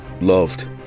loved